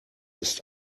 ist